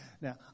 Now